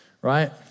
right